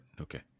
okay